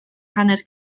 hanner